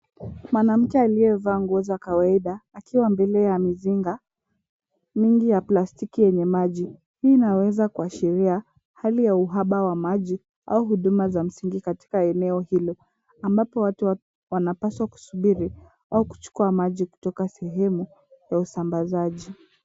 Mwanamke aliyevaa nguo za kawaida akiwa mbele ya mizinga mingi ya plastiki yenye maji. Hii inaweza kuashiria hali ya uhaba wa maji au huduma za msingi katika eneo hilo ambapo watu wanapaswa kusubiri au kuchukua maji kutoka sehemu ya usambazaji.